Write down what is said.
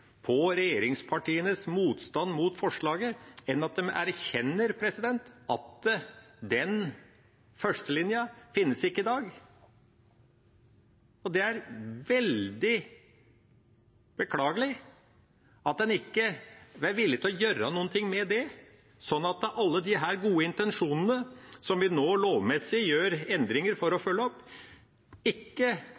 på regjeringspartienes motstand mot forslaget enn at de erkjenner at denne førstelinja ikke finnes i dag. Det er veldig beklagelig at en ikke er villig til å gjøre noe med det, sånn at alle disse gode intensjonene som vi nå lovmessig gjør endringer for å